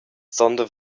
sonda